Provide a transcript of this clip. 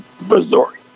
Missouri